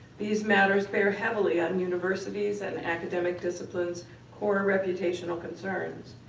these matters bear heavily ah in universities' and academic disciplines' core and reputational concerns.